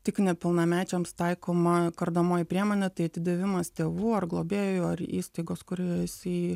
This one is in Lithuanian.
tik nepilnamečiams taikoma kardomoji priemonė tai atidavimas tėvų ar globėjų ar įstaigos kurioje jisai